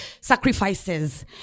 sacrifices